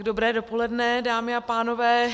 Dobré dopoledne, dámy a pánové.